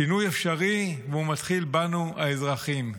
שינוי אפשרי, והוא מתחיל בנו, האזרחים.